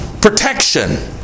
protection